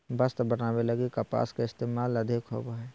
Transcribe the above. वस्त्र बनावे लगी कपास के इस्तेमाल अधिक होवो हय